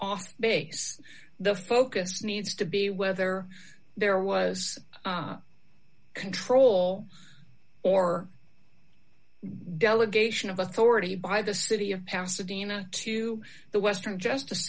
off base the focus needs to be whether there was control or delegation of authority by the city of pasadena to the western justice